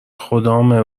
خدامه